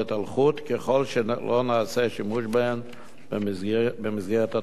ככל שלא נעשה שימוש בהם במסגרת הלימודים.